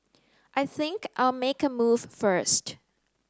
I think I'll make a move first